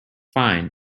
fine